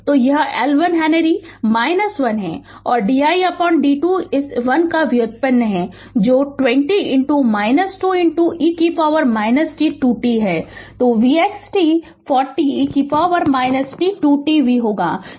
तो यह L 1 henry 1 है और didt इस 1 का व्युत्पन्न है तो 20 2 e t 2t तो v x t 40 e t 2 t V होगा जो t 0 के लिए है